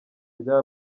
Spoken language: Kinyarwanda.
rya